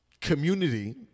community